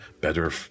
better